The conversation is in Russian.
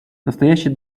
настоящий